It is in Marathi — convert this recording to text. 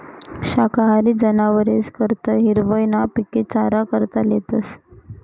शाकाहारी जनावरेस करता हिरवय ना पिके चारा करता लेतस